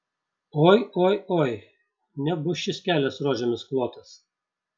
oi oi oi nebus šis kelias rožėmis klotas